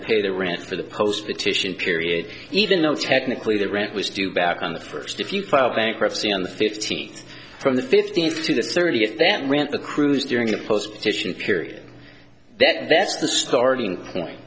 pay the rent for the post the titian period even though technically the rent was due back on the first if you file bankruptcy on the fifteenth from the fifteenth to the thirtieth that rent the cruise during the post fishing period that that's the starting point